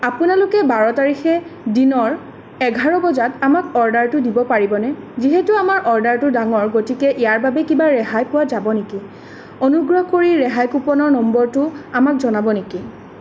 আপোনালোকে বাৰ তাৰিখে দিনৰ এঘাৰ বজাত আমাক অৰ্ডাৰটো দিব পাৰিবনে যিহেতু আমাৰ অৰ্ডাৰটো ডাঙৰ গতিকে ইয়াৰ বাবে কিবা ৰেহাই পোৱা যাব নেকি অনুগ্ৰহ কৰি ৰেহাই কুপনৰ নম্বৰটো আমাক জনাব নেকি